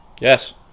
Yes